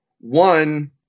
one